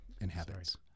inhabits